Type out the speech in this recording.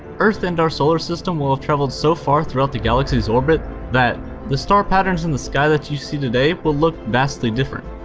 earth and our solar system will have traveled so far throughout the galaxies orbit that the star patterns in the sky that you see today will look vastly different.